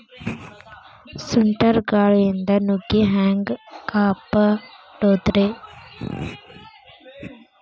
ಸುಂಟರ್ ಗಾಳಿಯಿಂದ ನುಗ್ಗಿ ಹ್ಯಾಂಗ ಕಾಪಡೊದ್ರೇ?